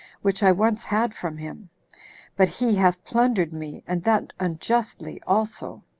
which i once had from him but he hath plundered me, and that unjustly also.